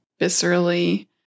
viscerally